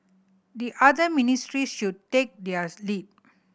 the other ministries should take theirs lead